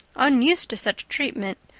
unused to such treatment,